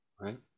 Right